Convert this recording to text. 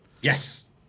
Yes